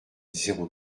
zéro